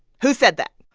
who said that?